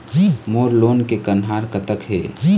मोर loan के कन्हार कतक हे?